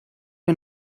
mir